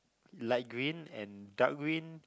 light green and dark green